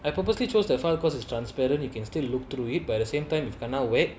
I purposely chose to the file cause it's transparent you can still look through it but at the same time it cannot wet